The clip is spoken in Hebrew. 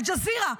אל ג'זירה,